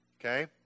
Okay